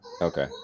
Okay